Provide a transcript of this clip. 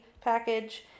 package